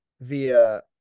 via